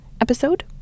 episode